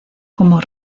como